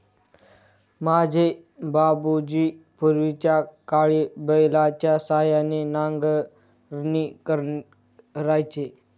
माझे बाबूजी पूर्वीच्याकाळी बैलाच्या सहाय्याने नांगरणी करायचे